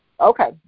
Okay